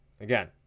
Again